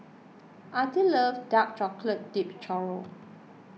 Artie loves Dark Chocolate Dipped Churro